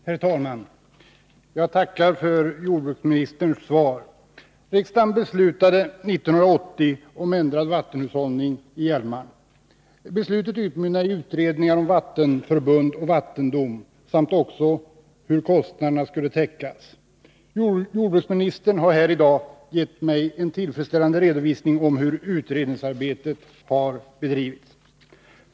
Herr talman! Jag tackar för jordbruksministerns svar. Riksdagen beslutade 1980 om ändrad vattenhushållning i Hjälmaren. Beslutet utmynnade i utredningar om vattenförbund och vattendom samt också hur kostnaderna skulle täckas. Jordbruksministern har här i dag givit mig en tillfredsställande redovisning om hur utredningsarbetet har bedrivits.